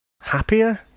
happier